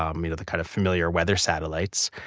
um you know the kind of familiar weather satellites,